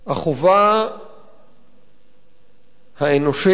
החובה האנושית